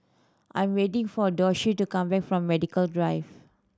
I am waiting for Doshie to come back from Medical Drive